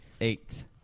Eight